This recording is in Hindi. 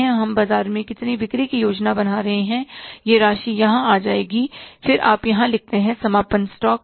हम बाजार में जितनी बिक्री की योजना बना रहे हैं यह राशि यहां आ जाएगी फिर आप यहां लिखते हैं समापन स्टॉक से